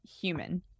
human